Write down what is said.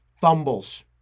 Fumbles